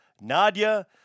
Nadia